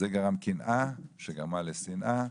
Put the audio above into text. זה גרם קנאה שגרמה לשנאה,